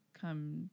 come